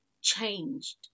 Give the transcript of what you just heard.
changed